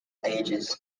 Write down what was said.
ages